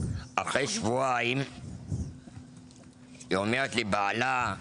אחרי שבועיים היא אומרת לבעלה,